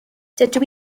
dydw